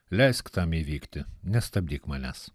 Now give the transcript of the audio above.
leisk tam įvykti nestabdyk manęs